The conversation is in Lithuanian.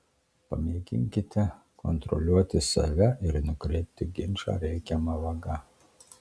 pamėginkite kontroliuoti save ir nukreipti ginčą reikiama vaga